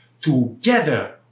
Together